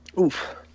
Oof